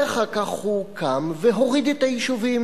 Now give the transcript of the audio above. אחר כך הוא קם והוריד את היישובים